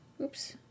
oops